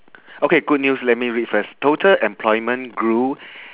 okay good news let me read first total employment grew